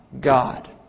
God